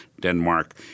Denmark